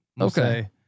Okay